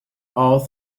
all